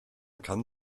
kann